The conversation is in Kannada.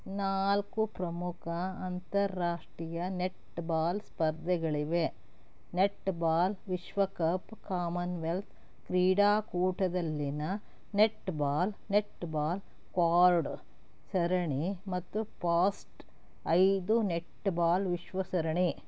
ನಾಲ್ಕು ಪ್ರಮುಖ ಅಂತಾರಾಷ್ಟ್ರೀಯ ನೆಟ್ಬಾಲ್ ಸ್ಪರ್ಧೆಗಳಿವೆ ನೆಟ್ಬಾಲ್ ವಿಶ್ವಕಪ್ ಕಾಮನ್ವೆಲ್ತ್ ಕ್ರೀಡಾಕೂಟದಲ್ಲಿನ ನೆಟ್ಬಾಲ್ ನೆಟ್ಬಾಲ್ ಕ್ವಾರ್ಡ್ ಸರಣಿ ಮತ್ತು ಫಾಸ್ಟ್ ಐದು ನೆಟ್ಬಾಲ್ ವಿಶ್ವ ಸರಣಿ